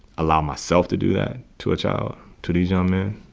allow myself to do that to a child, to these young men